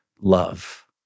love